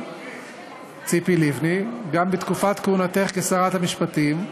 ציפי לבני: גם בתקופת כהונתך כשרת המשפטים,